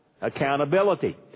Accountability